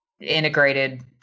integrated